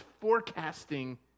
forecasting